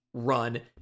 run